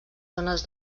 zones